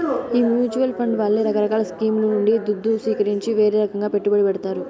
ఈ mutual fund వాళ్లే రకరకాల స్కీంల నుండి దుద్దు సీకరించి వీరే రకంగా పెట్టుబడి పెడతారు